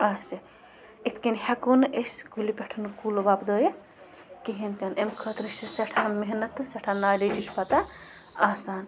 آسہِ اِتھ کٔنۍ ہٮ۪کو نہٕ أسۍ کُلہِ پٮ۪ٹھ کُل وۄپدٲیِتھ کِہیٖنۍ تہِ نہٕ ایٚمۍ خٲطرٕ چھِ سٮ۪ٹھاہ محنت تہٕ سٮ۪ٹھاہ نالیجٕچ پَتَہ آسان